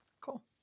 Cool